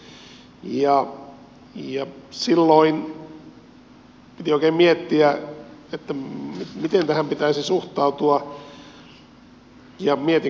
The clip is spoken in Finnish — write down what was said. silloin piti oikein miettiä miten tähän pitäisi suhtautua ja mietin kyllä edelleenkin